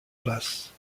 place